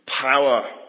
power